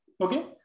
Okay